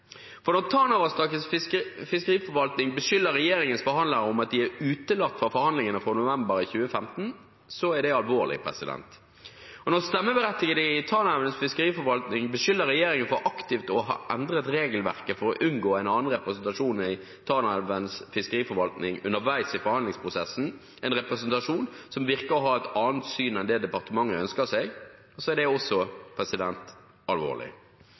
For når Tanavassdragets fiskeforvaltning beskylder regjeringens forhandlere for å ha utelatt dem fra forhandlingene fra november 2015, er det alvorlig. Når stemmeberettigede i Tanavassdragets fiskeforvaltning beskylder regjeringen for aktivt å ha endret regelverket for å unngå en annen representasjon i Tanavassdragets fiskeforvaltning underveis i forhandlingsprosessen, en representasjon som virker å ha et annet syn enn det departementet ønsker seg, er det også alvorlig.